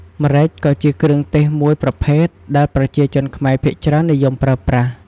ម្រេចក៏ជាគ្រឿងទេសមួយប្រភេទដែលប្រជាជនខ្មែរភាគច្រើននិយមប្រើប្រាស់។